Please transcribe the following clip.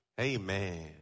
Amen